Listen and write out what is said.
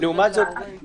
לעומת זאת,